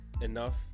enough